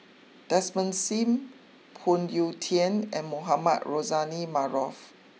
Desmond Sim Phoon Yew Tien and Mohamed Rozani Maarof